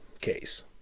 case